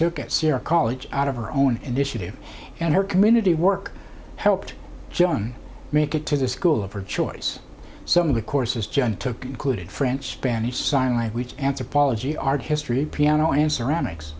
took at syracuse out of her own initiative and her community work helped john make it to the school of her choice some of the courses john took included french spanish sign language anthropology art history piano and ceramics